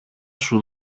σου